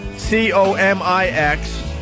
C-O-M-I-X